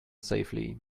safely